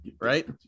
Right